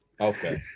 Okay